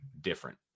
different